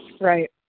Right